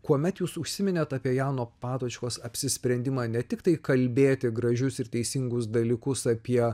kuomet jūs užsiminėt apie jauno patočkos apsisprendimą ne tiktai kalbėti gražius ir teisingus dalykus apie